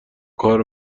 کار